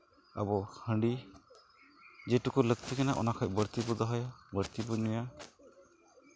ᱦᱟᱺᱰᱤ ᱡᱮᱴᱩᱠᱩ ᱞᱟᱹᱠᱛᱤ ᱢᱮᱱᱟᱜᱼᱟ ᱚᱱᱟ ᱠᱷᱚᱡ ᱵᱟᱹᱲᱛᱤ ᱵᱚᱱ ᱫᱚᱦᱚᱭᱟ ᱵᱟᱹᱲᱛᱤ ᱵᱚᱱ ᱧᱩᱭᱟ